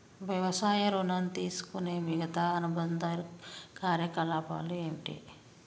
వ్యవసాయ ఋణం తీసుకునే మిగితా అనుబంధ కార్యకలాపాలు ఏమిటి?